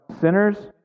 sinners